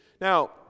Now